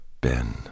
Ben